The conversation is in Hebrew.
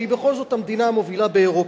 שהיא בכל זאת המדינה המובילה באירופה.